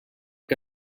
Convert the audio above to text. que